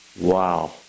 wow